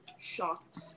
shocked